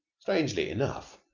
strangely enough,